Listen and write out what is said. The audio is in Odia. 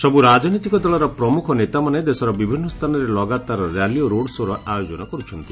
ସବୁ ରାଜନୈତିକ ଦଳର ପ୍ରମୁଖ ନେତାମାନେ ଦେଶର ବିଭିନ୍ନ ସ୍ଥାନରେ ଲଗାତାର ର୍ୟାଲି ଓ ରୋଡ ଶୋ'ର ଆୟୋଜନ କରୁଛନ୍ତି